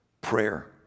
prayer